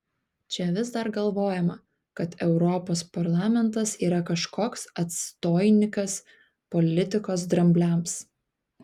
čia vis dar galvojama kad europos parlamentas yra kažkoks atstoinikas politikos drambliams